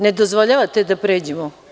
Ne dozvoljavate da pređemo?